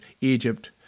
Egypt